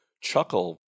chuckle